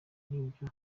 cy’ibyo